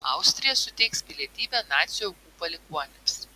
austrija suteiks pilietybę nacių aukų palikuonims